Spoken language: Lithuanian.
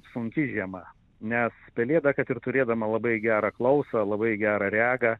sunki žiema nes pelėda kad ir turėdama labai gerą klausą labai gerą regą